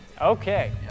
Okay